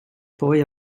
poi